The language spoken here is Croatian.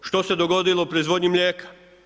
Što se dogodilo u proizvodnji mlijeka?